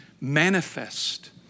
manifest